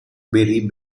berry